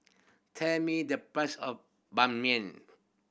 tell me the price of Ban Mian